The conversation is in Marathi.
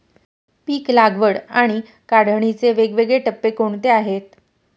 पीक लागवड आणि काढणीचे वेगवेगळे टप्पे कोणते आहेत?